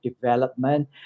development